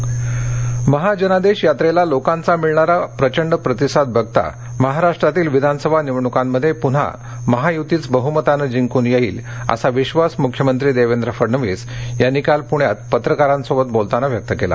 मख्यमंत्री महाजनादेशयात्रेला लोकांचा मिळणारा प्रचंड प्रतिसाद बघता महाराष्ट्रातील विधानसभा निवडणुकांमध्ये पुन्हा महायुतीच बहुमतानं जिंकून येईल असा विश्वास मुख्यमंत्रीदेवेंद्र फडणवीस यांनी काल पुण्यात पत्रकारांशी बोलताना व्यक्त केला